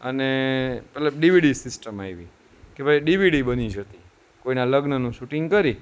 અને પહેલા DVD system આવી કે ભાઈ ડીવીડી બની જતી કોઈના લગ્નનું શૂટિંગ કરી